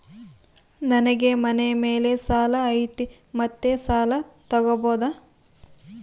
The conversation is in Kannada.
ನನಗೆ ಮನೆ ಮೇಲೆ ಸಾಲ ಐತಿ ಮತ್ತೆ ಸಾಲ ತಗಬೋದ?